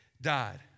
died